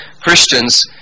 Christians